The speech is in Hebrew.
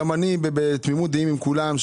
גם אני בתמימות דעים עם כולם,